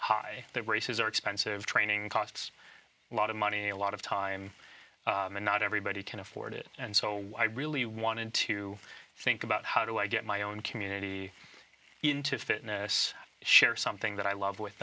high that races are expensive training costs a lot of money a lot of time and not everybody can afford it and so i really wanted to think about how do i get my own community into fitness share something that i love with